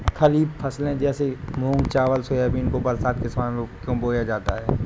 खरीफ फसले जैसे मूंग चावल सोयाबीन को बरसात के समय में क्यो बोया जाता है?